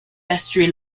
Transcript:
vestry